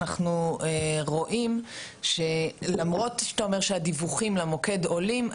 אנחנו רואים שלמרות שאתה אומר שהדיווחים למוקד עולים,